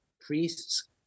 priests